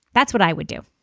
that's what i would do